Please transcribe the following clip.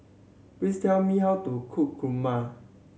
please tell me how to cook kurma